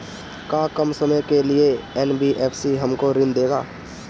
का कम समय के लिए एन.बी.एफ.सी हमको ऋण देगा?